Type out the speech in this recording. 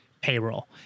payroll